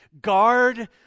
guard